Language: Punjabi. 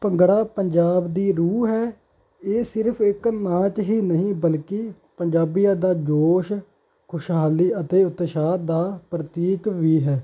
ਭੰਗੜਾ ਪੰਜਾਬ ਦੀ ਰੂਹ ਹੈ ਇਹ ਸਿਰਫ ਇਕ ਨਾਚ ਹੀ ਨਹੀਂ ਬਲਕਿ ਪੰਜਾਬੀਆਂ ਦਾ ਜੋਸ਼ ਖੁਸ਼ਹਾਲੀ ਅਤੇ ਉਤਸ਼ਾਹ ਦਾ ਪ੍ਰਤੀਕ ਵੀ ਹੈ